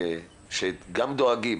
שגם דואגים